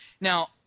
Now